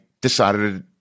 decided